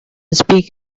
speak